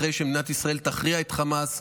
אחרי שמדינת ישראל תכריע את חמאס,